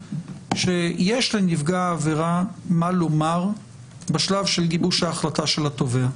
שיש לנפגע העבירה מה לומר בשלב של גיבוש ההחלטה של התובע.